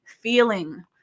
feeling